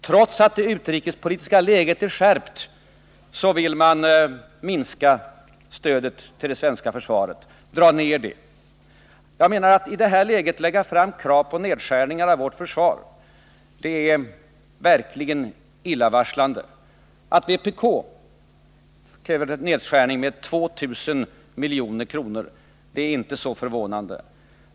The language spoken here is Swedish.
Trots att det utrikespolitiska läget är skärpt vill man minska stödet till det svenska försvaret. Att i detta läge lägga fram krav på nedskärningar av vårt försvar är verkligen illavarslande. Att vpk kräver en nedskärning med 2 000 milj.kr. är inte så förvånande.